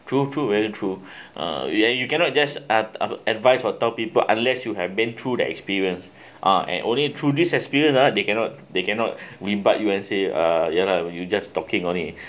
true true very true uh you cannot just uh uh advice for top people unless you have been through that experience uh and only through this experience lah they cannot they cannot be but you can say ya lah you just talking only